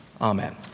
Amen